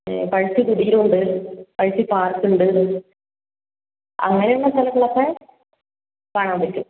പഴുത്തി കുടീരം ഉണ്ട് പഴുത്തി പാർക്ക് ഉണ്ട് അങ്ങനെയുള്ള സ്ഥലങ്ങളൊക്കെ കാണാൻ പറ്റും